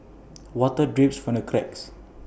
water drips from the cracks